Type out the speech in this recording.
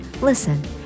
Listen